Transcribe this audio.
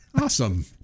Awesome